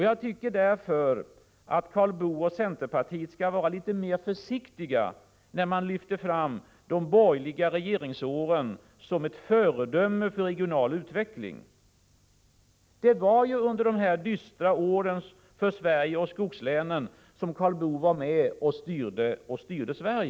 Jag tycker därför att Karl Boo och centerpartiet skall vara litet mer försiktiga när de lyfter fram de borgerliga regeringsåren som ett föredöme för regional utveckling. Det var ju under dessa för Sverige och skogslänen dystra år som Karl Boo var med och styrde Sverige.